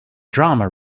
drama